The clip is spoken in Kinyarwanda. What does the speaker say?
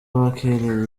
bakereye